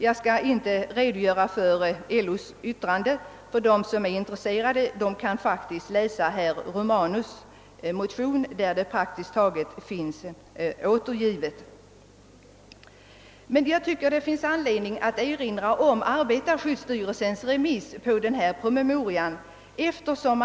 Jag skall inte redogöra för LO:s yttrande, eftersom de som är intresserade faktiskt kan läsa herr Romanus” motion, där praktiskt taget allt finns återgivet. Jag tycker emellertid att det finns anledning att erinra om arbetarskyddsstyrelsens remissvar med anledning av promemorian.